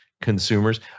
consumers